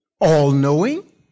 all-knowing